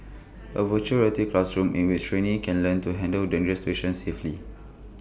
A Virtual Reality classroom in which trainees can learn to handle dangerous situations safely